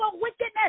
wickedness